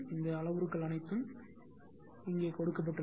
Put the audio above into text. இந்த அளவுருக்கள் அனைத்தும் இங்கே கொடுக்கப்பட்டுள்ளது